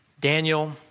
Daniel